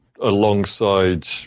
alongside